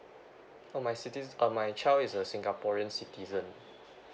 oh my citi~ uh my child is a singaporean citizen